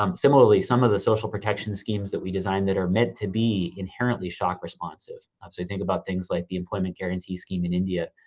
um similarly, some of the social protection schemes that we designed that are meant to be inherently shock responsive. um so we think about things like the employment guarantee scheme in india,